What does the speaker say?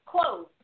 close